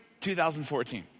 2014